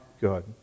good